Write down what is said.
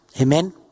Amen